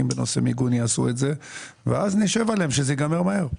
בנושא מיגון יעשו את זה ואז נשב עליהם שזה ייגמר מהר.